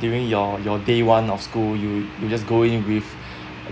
during your your day one of school you you just go in with